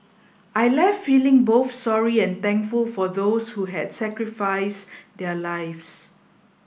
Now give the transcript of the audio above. I left feeling both sorry and thankful for those who had sacrificed their lives